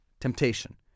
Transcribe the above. temptation